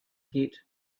get